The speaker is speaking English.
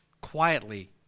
quietly